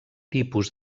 tipus